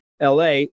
LA